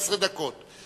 15 דקות.